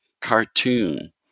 cartoon